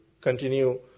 continue